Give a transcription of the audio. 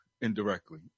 indirectly